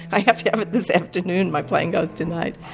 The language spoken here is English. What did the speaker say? i have to have it this afternoon, my plane goes tonight!